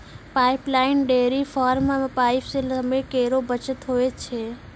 pipeline dairy farm म pipe सें समय केरो बचत होय छै